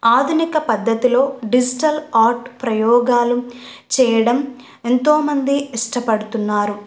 ఆధునిక పద్ధతిలో digital art ప్రయోగాలు చెయ్యడం ఎంతోమంది ఇష్టపడుతున్నారు